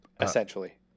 Essentially